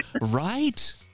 Right